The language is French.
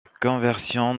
conversion